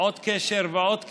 עוד קשר ועוד קשר.